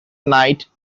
night